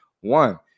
One